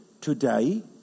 today